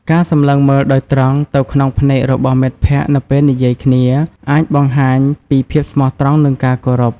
ការសម្លឹងមើលដោយត្រង់ទៅក្នុងភ្នែករបស់មិត្តភក្តិនៅពេលនិយាយគ្នា អាចបង្ហាញពីភាពស្មោះត្រង់និងការគោរព។